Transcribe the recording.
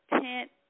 tent